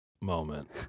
moment